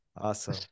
Awesome